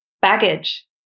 baggage